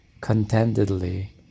contentedly